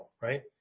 Right